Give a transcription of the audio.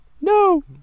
No